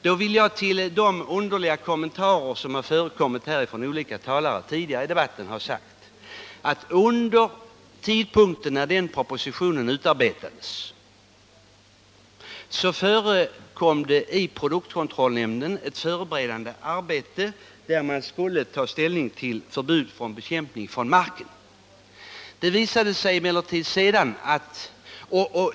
Med anledning av de underliga kommentarer som har gjorts här av olika talare tidigare i debatten vill jag framhålla att under tiden då propositionen utarbetades förekom det i produktkontrollnämnden ett förberedande arbete, där man skulle ta ställning till förbud mot bekämpning från marken.